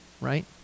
Right